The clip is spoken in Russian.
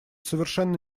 совершенно